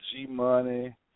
G-Money